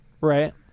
Right